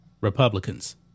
Republicans